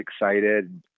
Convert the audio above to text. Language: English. excited